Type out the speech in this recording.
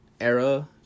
era